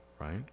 Right